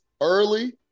early